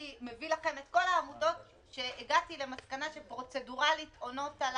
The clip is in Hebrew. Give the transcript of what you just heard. אני מביא לכם את כל העמותות שהגעתי למסקנה שפרוצדוראלית עונות על